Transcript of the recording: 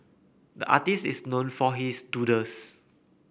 the artist is known for his doodles